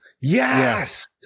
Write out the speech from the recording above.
yes